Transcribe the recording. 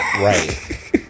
Right